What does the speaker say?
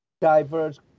diverse